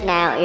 Now